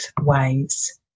ways